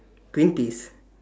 green peas